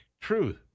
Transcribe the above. Truth